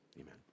Amen